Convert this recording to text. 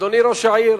אדוני ראש העיר